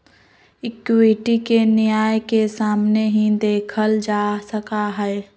equity के न्याय के सामने ही देखल जा सका हई